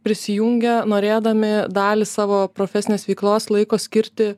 prisijungia norėdami dalį savo profesinės veiklos laiko skirti